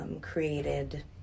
created